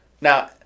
Now